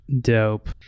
dope